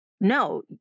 no